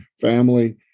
family